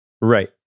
Right